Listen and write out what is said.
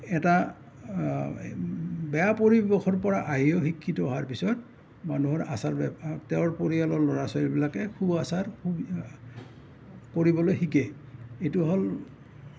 এটা বেয়া পৰিৱেশৰ পৰা আহিও শিক্ষিত হোৱাৰ পিছত মানুহৰ আচাৰ ব্যৱহাৰ তেওঁৰ পৰিয়ালৰ ল'ৰা ছোৱালীবিলাকে সু আচাৰ সু কৰিবলৈ শিকে এইটো হ'ল